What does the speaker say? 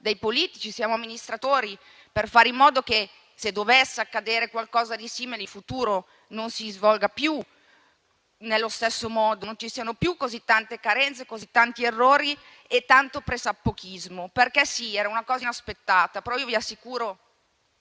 responsabilità di fare in modo che, se dovesse accadere qualcosa di simile in futuro, non si svolga più nello stesso modo, non ci siano più così tante carenze, così tanti errori e tanto pressappochismo. Sì, era una cosa inaspettata, però vi assicuro